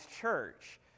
church